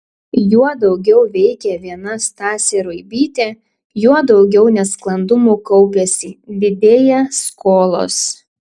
juo daugiau veikia viena stasė ruibytė juo daugiau nesklandumų kaupiasi didėja skolos